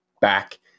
back